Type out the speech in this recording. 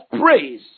praise